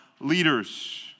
leaders